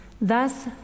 Thus